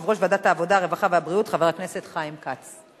חוק ומשפט בדבר תיקון טעות בחוק בתי-המשפט (תיקון מס' 69),